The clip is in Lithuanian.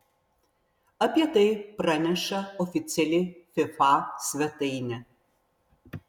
apie tai praneša oficiali fifa svetainė